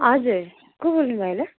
हजुर को बोल्नुभयो होला